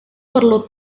perlu